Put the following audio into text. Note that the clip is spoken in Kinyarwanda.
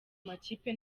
makipe